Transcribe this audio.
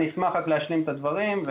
אני אשמח רק להשלים את הדברים.